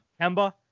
Kemba